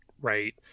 right